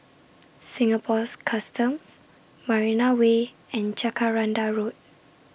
Singapore's Customs Marina Way and Jacaranda Road